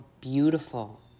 beautiful